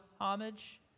homage